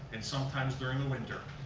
and sometimes during the winter.